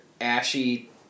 ashy